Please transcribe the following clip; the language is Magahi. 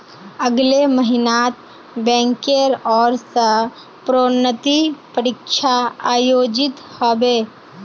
अगले महिनात बैंकेर ओर स प्रोन्नति परीक्षा आयोजित ह बे